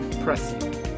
pressing